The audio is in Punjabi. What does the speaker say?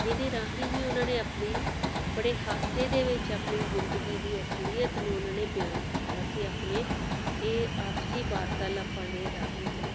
ਇਹਦੇ ਰਾਹੀਂ ਹੀ ਉਹਨਾਂ ਨੇ ਆਪਣੀ ਬੜੇ ਹਾਸੇ ਦੇ ਵਿੱਚ ਆਪਣੀ ਜ਼ਿੰਦਗੀ ਦੀ ਅਸਲੀਅਤ ਨੂੰ ਉਹਨਾਂ ਨੇ ਬਿਆਨ ਕੀਤਾ ਸੀ ਆਪਣੇ ਇਹ ਆਪਸੀ ਵਾਰਤਾਲਾਪਾ ਦੇ ਰਾਹੀਂ ਹੀ